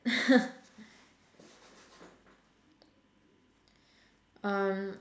um